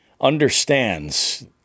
understands